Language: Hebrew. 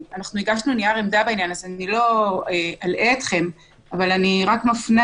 הגשנו נייר עמדה בעניין בסעיף 5 כתבנו: בהתאם יש לקבוע